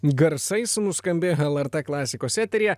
garsais nuskambėjo lrt klasikos eteryje